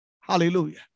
Hallelujah